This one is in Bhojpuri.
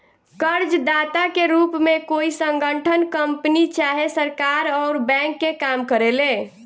कर्जदाता के रूप में कोई संगठन, कंपनी चाहे सरकार अउर बैंक के काम करेले